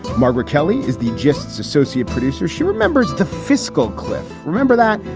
margaret kelly is the gists associate producer, she remembers the fiscal cliff. remember that?